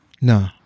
no